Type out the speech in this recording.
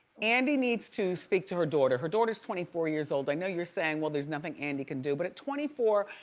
andy needs to speak to her daughter. her daughter is twenty four years old. i know you're saying, well, there's nothing andie can do. but at twenty four,